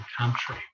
country